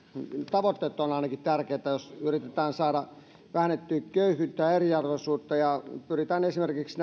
tavoitteet ovat ainakin tärkeitä jos yritetään saada vähennettyä köyhyyttä ja eriarvoisuutta ja pyritään esimerkiksi